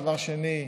דבר שני,